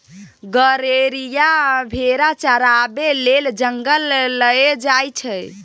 गरेरिया भेरा चराबै लेल जंगल लए जाइ छै